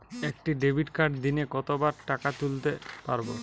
একটি ডেবিটকার্ড দিনে কতবার টাকা তুলতে পারব?